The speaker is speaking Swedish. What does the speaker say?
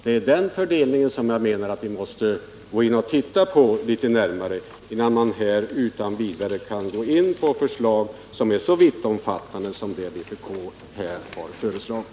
Det är den fördelningen som jag menar att vi måste se på litet närmare, innan vi kan gå in på så vittomfattande förslag som det vpk här framlagt.